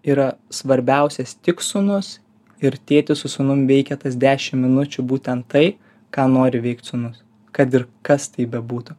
yra svarbiausias tik sūnus ir tėtis su sūnum veikia tas dešim minučių būtent tai ką nori veikt sūnus kad ir kas tai bebūtų